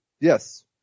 yes